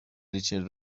ریچل